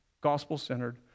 gospel-centered